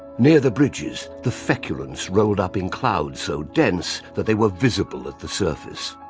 near the bridges the feculence rolled up in clouds so dense that they were visible at the surface.